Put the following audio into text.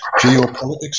geopolitics